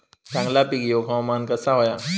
चांगला पीक येऊक हवामान कसा होया?